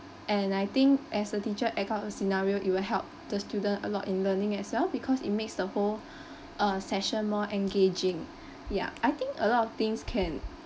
and I think as a teacher act out the scenario it will help the student a lot in learning as well because it makes the whole uh session more engaging ya I think a lot of things can